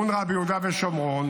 אונר"א ביהודה ושומרון,